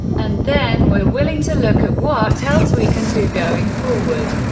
and then we're willing to look at what else we can do going forward.